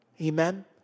Amen